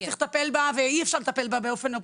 צריך לטפל בה ואי אפשר לטפל בה באופן אופטימאלי.